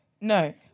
No